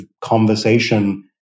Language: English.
conversation